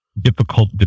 difficult